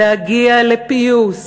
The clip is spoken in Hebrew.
להגיע לפיוס